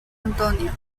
antonio